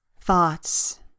thoughts